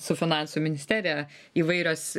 su finansų ministerija įvairios